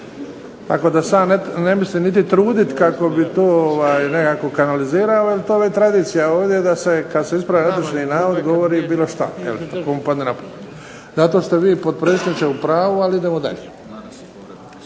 Tako da se ja ne mislim niti truditi kako bi to nekako kanalizirao, jer to je već tradicija ovdje da se, kad se ispravljaju netočni navodi govori bilo šta, komu padne na pamet. Zato ste vi potpredsjedniče u pravu, ali idemo dalje.